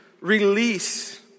release